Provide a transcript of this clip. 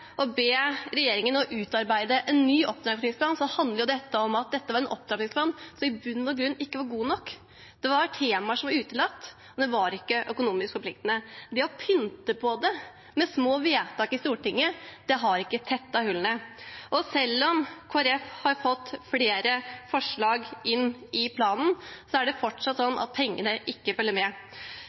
å be regjeringen utarbeide en ny opptrappingsplan, handler det om at dette var en opptrappingsplan som i bunn og grunn ikke var god nok. Det var temaer som var utelatt, og det var ikke økonomisk forpliktende. Det å pynte på det med små vedtak i Stortinget har ikke tettet hullene. Og selv om Kristelig Folkeparti har fått flere forslag inn i planen, er det fortsatt sånn at pengene ikke følger med.